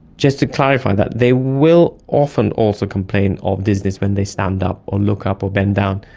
just to clarify that, they will often also complain of dizziness when they stand up or look up or bend down,